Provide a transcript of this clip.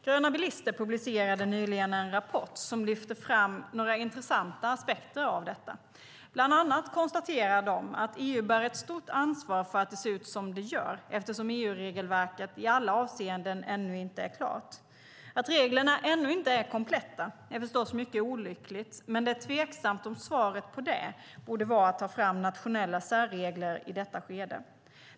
Gröna bilister publicerade nyligen en rapport som lyfter fram några intressanta aspekter av detta. Bland annat konstaterar de att EU bär ett stort ansvar för att det ser ut som det gör eftersom EU-regelverket i alla avseenden ännu inte är klart. Att reglerna ännu inte är kompletta är förstås mycket olyckligt, men det är tveksamt om svaret på det borde vara att ta fram nationella särregler i detta skede.